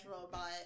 robot